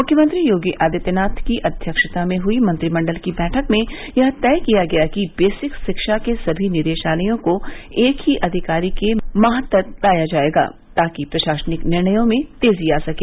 मुख्यमंत्री योगी आदित्यनाथ की अध्यक्षता में हुई मंत्रिमंडल की बैठक में यह तय किया गया कि बेसिक शिक्षा के सभी निदेशालयों को एक ही अधिकारी के मातहत लाया जायेगा ताकि प्रशासनिक निर्णयों में तेजी आ सके